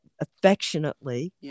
affectionately